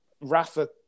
Rafa